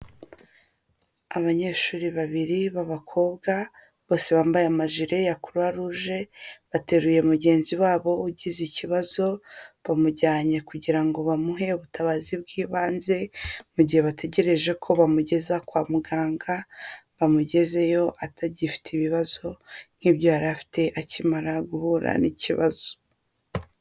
Abanyeshuri babiri b'abakobwa bose bambaye amajire ya croix rouge, bateruye mugenzi wabo ugize ikibazo, bamujyanye kugira ngo bamuhe ubutabazi bw'ibanze mu gihe bategereje ko bamugeza kwa muganga, bamugezeyo atagifite ibibazo nk'ibyo yari afite akimara guhura n'ikibazo.